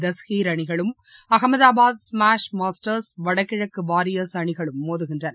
தஸ்ஹீர் அணிகளும் Ahmedabad smash masters வடகிழக்குவாரியர்ஸ் அணிகளும் மோதுகின்றன